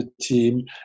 team